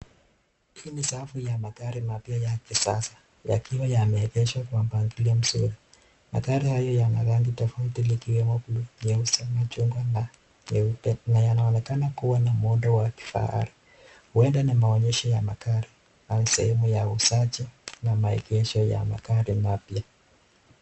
Hii ni safu ya magari mapya ya kisasa yakiwa yameegeshwa kwa mpangilio mzuri, magari hayo yana rangi tofauti tofauti ikiwemo, nyeusi, machungwa na nyeupe. Yanaonekana kuwa na muundo wa kifahari huenda ni maonyesho ya magari au sehemu ya uuzaji na maegesho ya magari mapya.